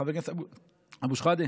חבר הכנסת אבו שחאדה?